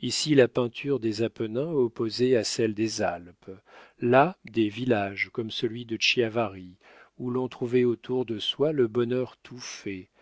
ici la peinture des appennins opposée à celle des alpes là des villages comme celui de chiavari où l'on trouvait autour de soi le bonheur tout fait